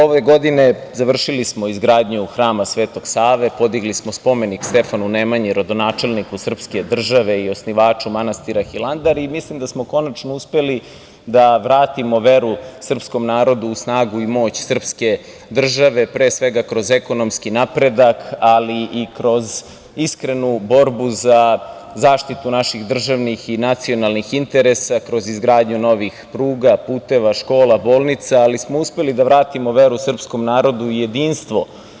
Ove godine završili smo izgradnju Hrama Sv. Save, podigli smo spomenik Stefanu Nemanji rodonačelniku srpske države i osnivaču manastiru Hilandar i mislim da smo konačno uspeli da vratimo veru srpskom narodu u snagu i moć srpske države, pre svega kroz ekonomski napredak, ali i kroz iskrenu borbu za zaštitu naših državnih i nacionalnih interesa, kroz izgradnju novih pruga, puteva, bolnica, ali smo uspeli da vratimo veru srpskom narodu i u jedinstvo.